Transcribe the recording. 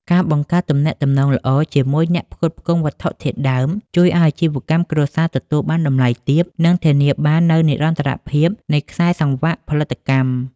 ការបង្កើតទំនាក់ទំនងល្អជាមួយអ្នកផ្គត់ផ្គង់វត្ថុធាតុដើម ជួយឱ្យអាជីវកម្មគ្រួសារទទួលបានតម្លៃទាប និងធានាបាននូវនិរន្តរភាពនៃខ្សែសង្វាក់ផលិតកម្ម។